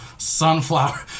sunflower